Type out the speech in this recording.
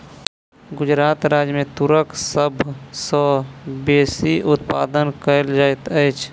गुजरात राज्य मे तूरक सभ सॅ बेसी उत्पादन कयल जाइत अछि